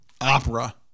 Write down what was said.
Opera